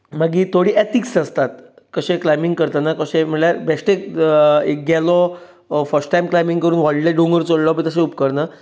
मागीर थोडीं एथीक्स आसतात कशें क्लायबींग करतना कशें म्हणल्यार बेश्टे गेलो फर्स्ट क्लायबींग करूंक व्हडले दोंगर चडलो बी तशें उपकारना